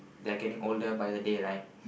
they're getting older by the day right